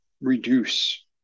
reduce